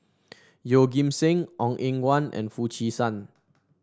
Yeoh Ghim Seng Ong Eng Guan and Foo Chee San